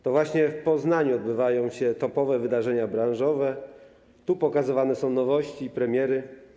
To właśnie w Poznaniu odbywają się topowe wydarzenia branżowe, tu pokazywane są nowości i premiery.